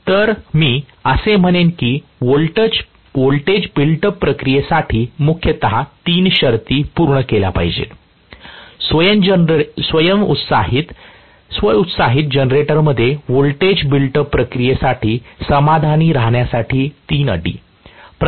तर मी असे म्हणेन की व्होल्टेज बिल्ड अप प्रक्रियेसाठी मुख्यतः तीन शर्ती पूर्ण केल्या पाहिजेत स्व उत्साहित जनरेटरमध्ये व्होल्टेज बिल्ड अप प्रक्रियेसाठी समाधानी राहण्यासाठी तीन अटी